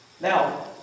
Now